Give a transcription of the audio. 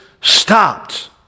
stopped